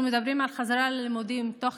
אנחנו מדברים על חזרה ללימודים תוך